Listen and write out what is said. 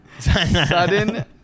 Sudden